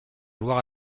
loire